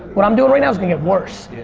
what i'm doing right now is gonna get worse.